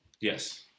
Yes